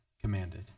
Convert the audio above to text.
commanded